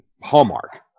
Hallmark